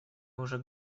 уже